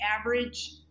average